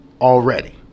already